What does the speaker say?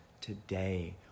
today